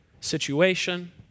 situation